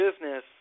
business